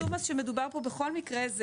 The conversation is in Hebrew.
חישוב המס שמדובר פה בכל מקרה זה